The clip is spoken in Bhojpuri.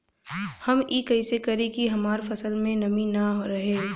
हम ई कइसे करी की हमार फसल में नमी ना रहे?